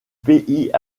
pays